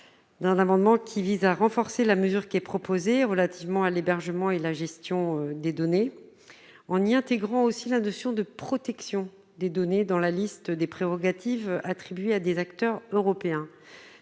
un amendement qui vise à renforcer la mesure qui est proposée, relativement à l'hébergement et la gestion des données en y intégrant aussi la notion de protection des données dans la liste des prérogatives attribuées à des acteurs européens,